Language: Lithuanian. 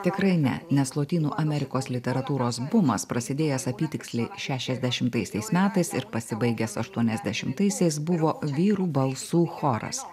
tikrai ne nes lotynų amerikos literatūros bumas prasidėjęs apytiksliai šešiasdešimtaisiais metais ir pasibaigęs aštuoniasdešimtaisiais buvo vyrų balsų choras